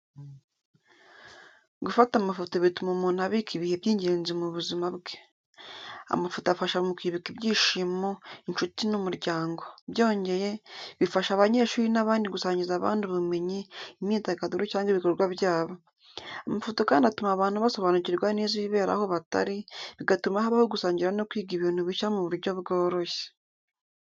Gufata amafoto bituma umuntu abika ibihe by’ingenzi mu buzima bwe. Amafoto afasha mu kwibuka ibyishimo, inshuti n’umuryango. Byongeye, bifasha abanyeshuri n’abandi gusangiza abandi ubumenyi, imyidagaduro cyangwa ibikorwa byabo. Amafoto kandi atuma abantu basobanukirwa neza ibibera aho batari, bigatuma habaho gusangira no kwiga ibintu bishya mu buryo bworoshye.